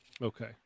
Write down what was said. Okay